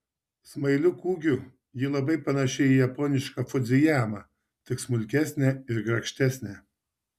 smailiu kūgiu ji labai panaši į japonišką fudzijamą tik smulkesnę ir grakštesnę